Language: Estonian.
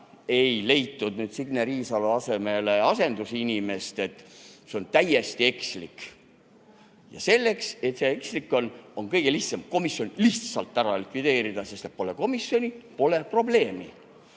ei leitud Signe Riisalo asemele uut inimest – see on täiesti ekslik. Ja sellepärast, et see ekslik on, on kõige lihtsam komisjon lihtsalt likvideerida, sest pole komisjoni, pole probleemi.